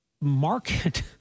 market